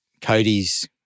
Cody's